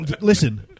Listen